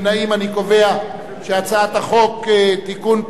אני קובע שהצעת החוק לתיקון פקודת מס